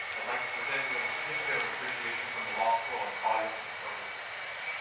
i'd like to present you with a certificate of appreciation from the law school and call you up to the podium to present